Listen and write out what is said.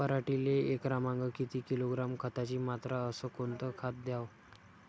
पराटीले एकरामागं किती किलोग्रॅम खताची मात्रा अस कोतं खात द्याव?